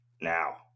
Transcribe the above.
now